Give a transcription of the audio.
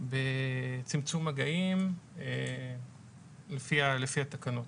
בצמצום מגעים לפי התקנות.